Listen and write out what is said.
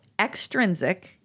extrinsic